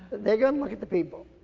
they're gonna look at the people.